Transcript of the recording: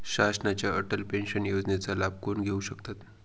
शासनाच्या अटल पेन्शन योजनेचा लाभ कोण घेऊ शकतात?